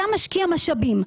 אתה משקיע משאבים,